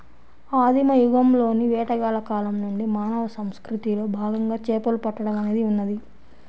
ఆదిమ యుగంలోని వేటగాళ్ల కాలం నుండి మానవ సంస్కృతిలో భాగంగా చేపలు పట్టడం అనేది ఉన్నది